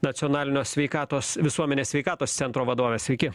nacionalinio sveikatos visuomenės sveikatos centro vadovė sveiki